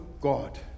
god